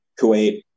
kuwait